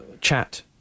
chat